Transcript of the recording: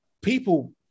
people